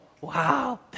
wow